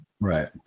Right